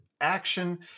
action